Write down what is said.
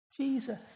Jesus